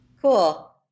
Cool